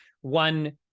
one